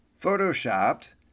photoshopped